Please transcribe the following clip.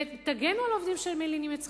ותגנו על העובדים שמלינים את שכרם,